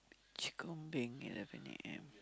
she combing at eleven a_m